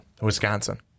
Wisconsin